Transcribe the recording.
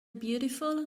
beautiful